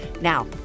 Now